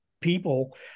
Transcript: people